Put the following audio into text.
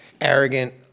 arrogant